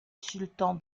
sultan